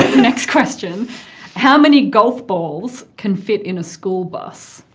next question how many golf balls can fit in a school bus?